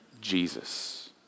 Jesus